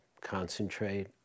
concentrate